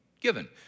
given